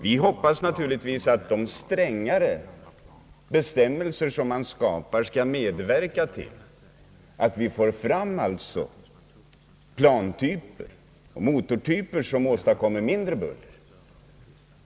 Vi hoppas naturligtvis att de strängare bestämmelserna skall medverka till att få fram plantyper och motortyper som åstadkommer mindre buller.